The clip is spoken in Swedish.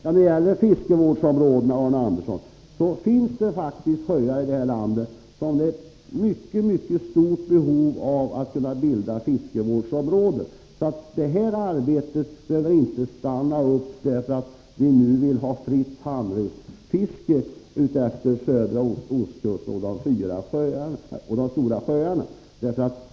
När det gäller fiskevårdsområdena, Arne Andersson i Ljung, finns det faktiskt sjöar i det här landet där det föreligger mycket stort behov av fiskevårdsområden. Arbetet på att bilda fiskevårdsområden behöver alltså inte stanna upp, därför att vi vill ha fritt handredskapsfiske utefter södra ostkusten och i de fyra stora sjöarna.